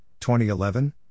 2011